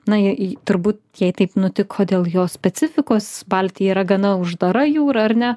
na turbūt jei taip nutiko dėl jos specifikos baltija yra gana uždara jūra ar ne